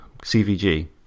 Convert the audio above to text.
CVG